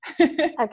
Okay